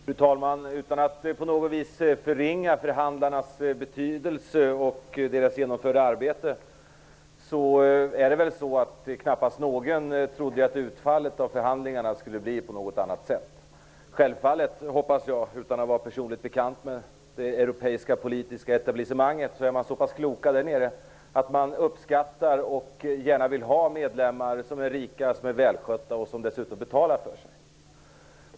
Fru talman! Utan att på något vis förringa förhandlarnas betydelse och deras genomförda arbete vill jag säga att knappast någon trott att utfallet av förhandlingarna skulle bli något annat. Självfallet hoppas jag, utan att vara personligt bekant med det europeiska politiska etablissemanget, att man där är så pass klok att man uppskattar och gärna vill ha medlemmar som är rika, välskötta och som dessutom betalar för sig.